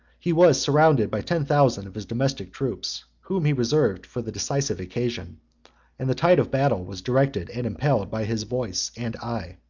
he was surrounded by ten thousand of his domestic troops, whom he reserved for the decisive occasion and the tide of battle was directed and impelled by his voice and eye.